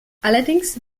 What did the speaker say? allerdings